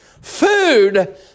Food